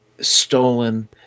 stolen